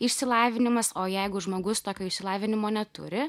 išsilavinimas o jeigu žmogus tokio išsilavinimo neturi